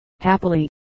Happily